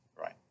Right